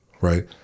right